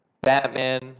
Batman